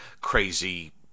crazy